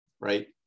Right